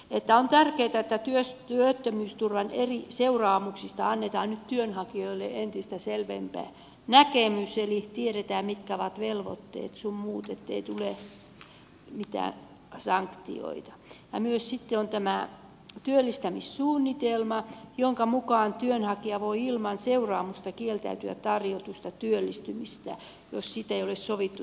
on tärkeätä että työttömyysturvan eri seuraamuksista annetaan nyt työnhakijoille entistä selvempi näkemys eli tiedetään mitkä ovat velvoitteet sun muut ettei tule mitään sanktioita ja myös sitten on tämä työllistämissuunnitelma jonka mukaan työnhakija voi ilman seuraamusta kieltäytyä tarjotusta työllistymisestä jos siitä ei ole sovittu tässä työllistymissuunnitelmassa